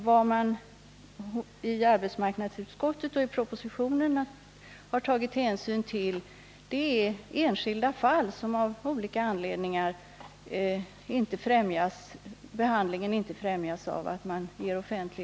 Vad arbetsmarknadsutskottet och propositionen har tagit hänsyn till är enskilda fall där behandlingen av olika anledningar inte främjas av att den är offentlig.